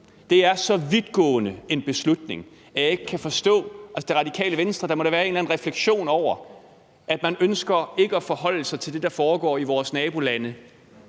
Det er så vidtgående en beslutning, at jeg ikke kan forstå Radikale Venstre. Der må da være en eller anden refleksion over, at man ikke ønsker at forholde sig til det, der foregår i vores naboland,